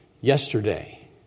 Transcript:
yesterday